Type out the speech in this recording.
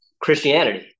Christianity